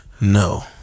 No